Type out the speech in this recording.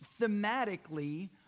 thematically